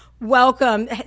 welcome